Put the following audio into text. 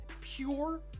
pure